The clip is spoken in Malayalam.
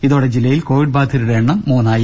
ഇതോടെ ജില്ലയിൽ കോവിഡ് ബാധിതരുടെ എണ്ണം മൂന്നായി